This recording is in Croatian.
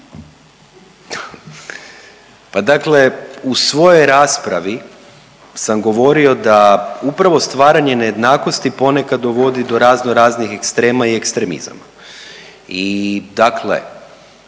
Pa dakle u svojoj raspravi sam govorio da upravo stvaranje nejednakosti ponekad dovodi do razno raznih ekstrema i ekstremizama i dakle